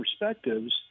perspectives